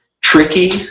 tricky